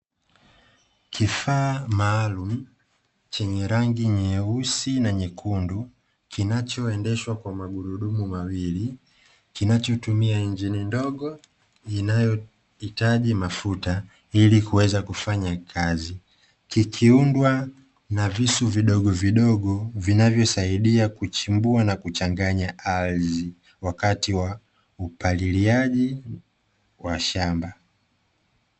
Kifaa maalumu chenye rangi nyeusi na nyekundu kinachoendeshwa kwa magurudumu mawili, kinachotumia injini ndogo inayohitaji mafuta ili kuweza kufanya kazi, kikiundwa na visu vidogo vigogo vinavyosaidia kuchimbua na kuchanganya ardhi wakati wa upaliliaji wa shamba.